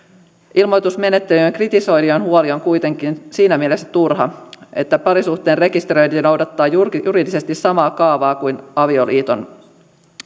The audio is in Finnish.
ilmoitusmenettelyn kritisoijien huoli on kuitenkin siinä mielessä turha että parisuhteen rekisteröinti noudattaa juridisesti samaa kaavaa kuin avioliiton